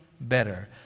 better